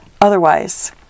otherwise